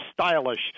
stylish